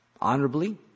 honorably